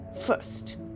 First